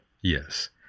Yes